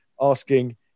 asking